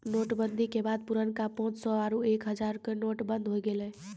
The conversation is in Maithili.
नोट बंदी के बाद पुरनका पांच सौ रो आरु एक हजारो के नोट बंद होय गेलै